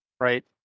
Right